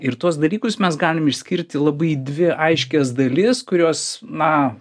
ir tuos dalykus mes galim išskirti labai į dvi aiškias dalis kurios na